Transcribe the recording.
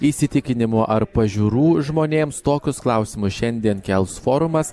įsitikinimų ar pažiūrų žmonėms tokius klausimus šiandien kels forumas